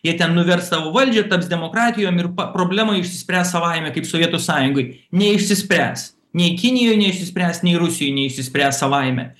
jie ten nuvers savo valdžią taps demokratijom ir pa problema išsispręs savaime kaip sovietų sąjungoj neišsispręs nei kinijoj neišsispręs nei rusijoj neišsispręs savaime